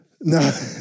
No